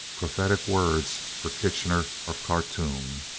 prophetic words for kitchener of khartoum.